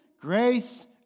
grace